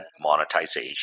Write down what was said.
monetization